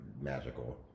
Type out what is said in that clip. magical